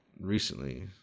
recently